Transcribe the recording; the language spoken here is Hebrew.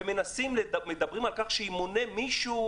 ומדברים על כך שימונה מישהו,